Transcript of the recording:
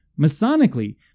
Masonically